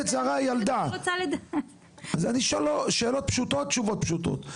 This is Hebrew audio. אני שואל שאלות פשוטות תשובות פשוטות.